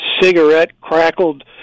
cigarette-crackled